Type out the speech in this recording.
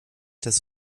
das